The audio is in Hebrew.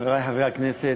חברי חברי הכנסת,